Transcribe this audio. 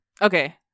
Okay